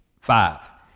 Five